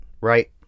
Right